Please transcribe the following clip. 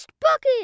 bucket